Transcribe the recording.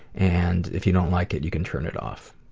and if you don't like it, you can turn it off.